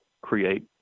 create